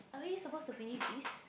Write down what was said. are we supposed to finish this